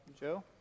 Joe